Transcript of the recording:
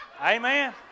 Amen